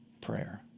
prayer